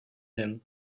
him